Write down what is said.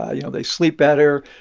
ah you know, they sleep better,